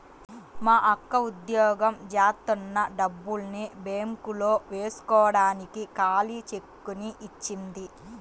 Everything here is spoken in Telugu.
మా అక్క ఉద్యోగం జేత్తన్న డబ్బుల్ని బ్యేంకులో వేస్కోడానికి ఖాళీ చెక్కుని ఇచ్చింది